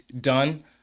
done